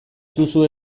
duzue